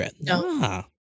No